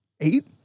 Eight